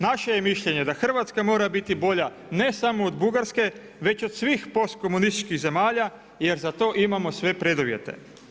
Naše je mišljenje da Hrvatska mora biti bolja ne samo od Bugarske, nego od svih post komunističkih zemalja jer za to imamo sve preduvjete.